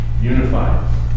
Unified